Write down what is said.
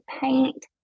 paint